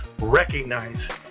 recognize